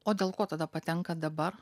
o dėl ko tada patenka dabar